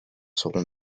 seront